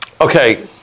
okay